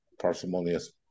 parsimonious